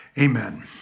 amen